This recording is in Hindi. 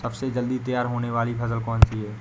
सबसे जल्दी तैयार होने वाली फसल कौन सी है?